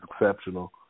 exceptional